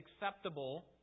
acceptable